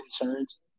concerns